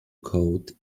coat